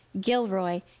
Gilroy